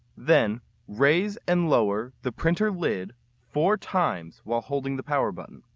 then raise and lower the printer lid four times while holding the power button.